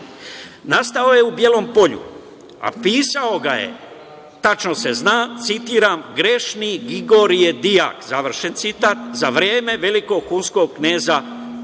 nastao je u Bjelom Polju, a pisao ga je, tačno se zna, citiram, „grešni Grigorije Dijak“, završen citat, za vreme Velikog hunskog kneza Miroslava.